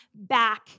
back